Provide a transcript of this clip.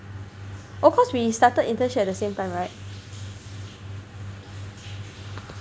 of course we started internship at the same time right